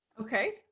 okay